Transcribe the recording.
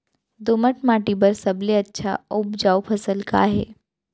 दोमट माटी बर सबले अच्छा अऊ उपजाऊ फसल का हे?